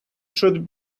should